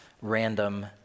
random